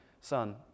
son